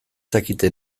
dakite